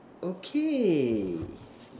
okay